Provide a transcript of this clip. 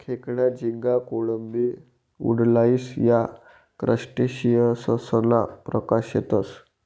खेकडा, झिंगा, कोळंबी, वुडलाइस या क्रस्टेशियंससना प्रकार शेतसं